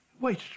Wait